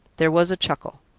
there was a chuckle.